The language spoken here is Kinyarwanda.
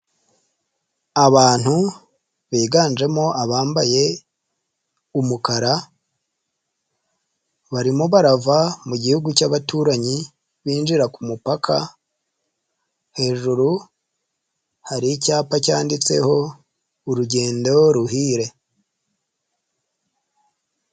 Abantu biganjemo abambaye umukara barimo barava mu Gihugu cy'abaturanyi binjira kumupaka, hejuru hari icyapa cyanditseho urugendo ruhire.